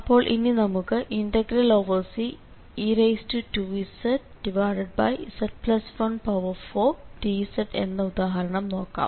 അപ്പോൾ ഇനി നമുക്ക് Ce2zz14dz എന്ന ഉദാഹരണം നോക്കാം